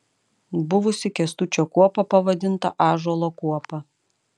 buvusi kęstučio kuopa pavadinta ąžuolo kuopa